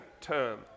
term